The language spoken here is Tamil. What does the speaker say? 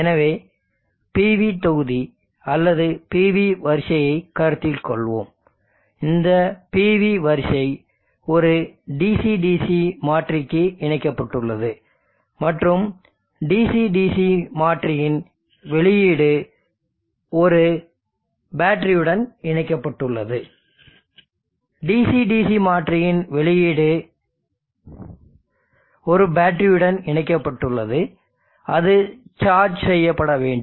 எனவே இந்த PV தொகுதி அல்லது PV வரிசையை கருத்தில் கொள்வோம் இந்த PV வரிசை ஒரு DC DC மாற்றிக்கு இணைக்கப்பட்டுள்ளது மற்றும் DC DC மாற்றியின் வெளியீடு ஒரு பேட்டரியுடன் இணைக்கப்பட்டுள்ளது அது சார்ஜ் செய்யப்பட வேண்டும்